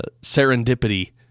serendipity